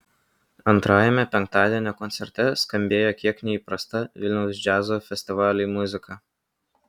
antrajame penktadienio koncerte skambėjo kiek neįprasta vilniaus džiazo festivaliui muzika